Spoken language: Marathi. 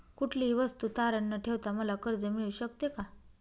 कुठलीही वस्तू तारण न ठेवता मला कर्ज मिळू शकते का?